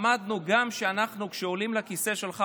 למדנו שגם כשאנחנו עולים לכיסא שלך,